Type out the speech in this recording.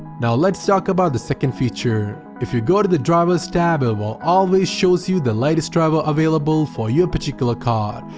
now let's talk about the second feature, if you go to the drivers tab it will always show you the latest driver available for your particular card,